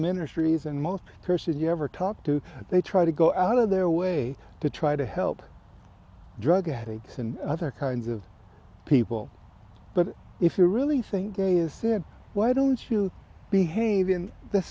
ministries and most persons you ever talk to they try to go out of their way to try to help drug addicts and other kinds of people but if you really think a is it why don't you behave in the